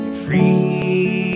free